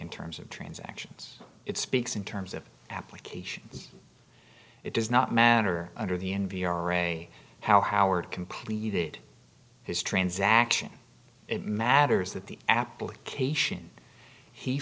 in terms of transactions it speaks in terms of applications it does not matter under the n p r or a how howard completed his transaction it matters that the application he